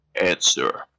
Answer